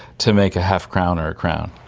to make a half crown or a crown.